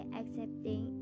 accepting